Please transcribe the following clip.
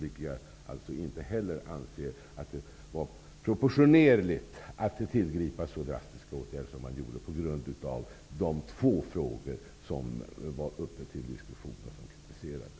Jag anser inte att det är proportionerligt att vidta så drastiska åtgärder som ändå vidtagits på grund av de två frågor som var uppe till diskussion och som kritiserades.